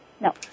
no